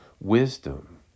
wisdom